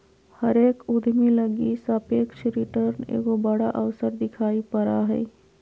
हरेक उद्यमी लगी सापेक्ष रिटर्न एगो बड़ा अवसर दिखाई पड़ा हइ